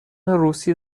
روسی